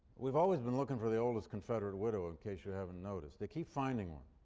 we've always been looking for the oldest confederate widow, in case you haven't noticed. they keep finding one.